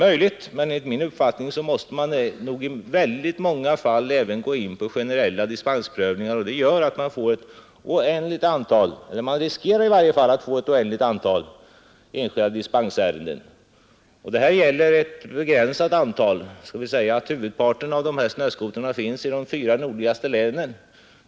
Men jag tror att det ändå skulle bli nödvändigt att medgiva enskilda dispenser, och det gör att man riskerar att få ett oändligt antal enskilda dispensärenden. Huvudparten av snöskotrarna finns i de fyra nordligaste länen.